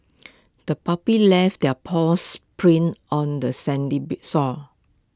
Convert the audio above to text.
the puppy left their paws prints on the sandy be sore